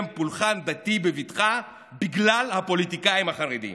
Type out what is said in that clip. פולחן דתי בבטחה בגלל הפוליטיקאים החרדים,